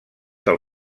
del